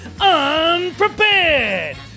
unprepared